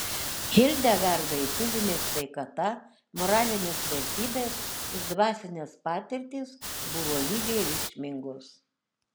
hildegardai fizinė sveikata moralinės vertybės ir dvasinės patirtys buvo lygiai reikšmingos